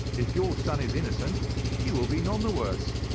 if your son is innocent he will be none the worse